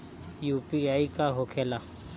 UPI का होखेला?